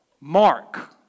Mark